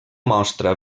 mostra